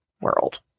world